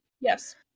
yes